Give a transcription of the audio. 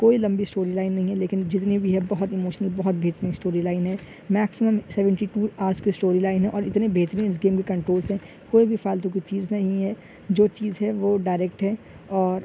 کوئی لمبی story line نہیں ہے لیکن جتنی بھی ہے بہت اموشنل بہت بہترین اسٹوری لائن ہے میکسیمم سیونٹی ٹو آرس کی اسٹوری لائن ہے اور اتنی بہترین اس گیم کے کنٹرولس ہیں کوئی بھی فالتو کی چیز نہیں ہے جو چیز ہے وہ ڈائریکٹ ہے اور